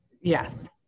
Yes